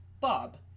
Bob